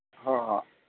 ꯍꯣꯏ ꯍꯣꯏ